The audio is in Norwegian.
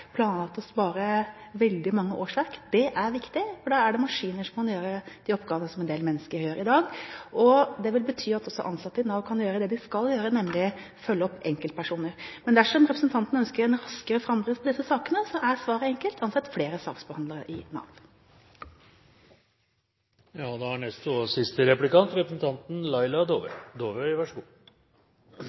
planlagt å spare veldig mange årsverk, og det er viktig, for da er det maskiner som kan gjøre de oppgavene som en del mennesker gjør i dag. Det vil bety at også ansatte i Nav kan gjøre det de skal gjøre, nemlig å følge opp enkeltpersoner. Men dersom representanten ønsker en raskere framdrift på disse sakene, så er svaret enkelt: Ansett flere saksbehandlere i